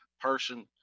person